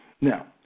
Now